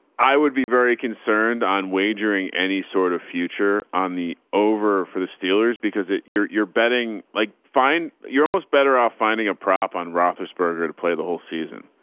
i would be very concerned on wagering, any sort of future on the, over for the steelers because it you're, you're betting like fine. you're almost better off finding a prop on rothenberger to play the whole season.